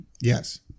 yes